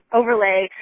overlay